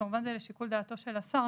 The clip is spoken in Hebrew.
כמובן שזה לשיקול דעתו של השר,